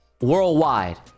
worldwide